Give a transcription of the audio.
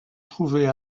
trouvait